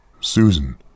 Susan